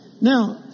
Now